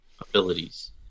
abilities